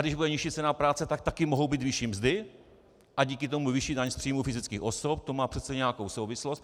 Když bude nižší cena práce, tak taky mohou být vyšší mzdy a díky tomu vyšší daň z příjmu fyzických osob, to má přece nějakou souvislost.